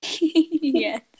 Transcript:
Yes